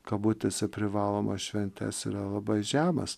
kabutėse privalomas šventes yra labai žemas